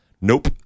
Nope